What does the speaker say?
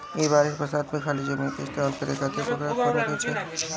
ए बरिस बरसात में खाली जमीन के इस्तेमाल करे खातिर पोखरा खोने के चाही